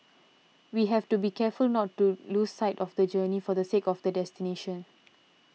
we have to be careful not to lose sight of the journey for the sake of the destination